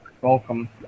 Welcome